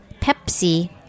Pepsi